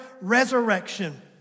resurrection